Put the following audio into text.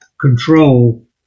control